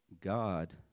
God